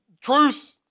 truth